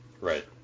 Right